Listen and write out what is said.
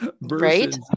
Right